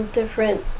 different